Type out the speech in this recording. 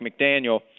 McDaniel